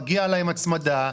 מגיעה להם הצמדה,